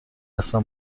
اصلا